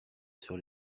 sur